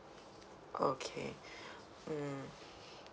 okay hmm